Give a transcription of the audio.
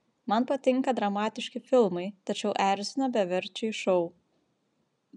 man patinka dramatiški filmai tačiau erzina beverčiai šou